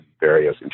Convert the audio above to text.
various